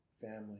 family